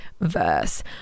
verse